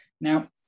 Now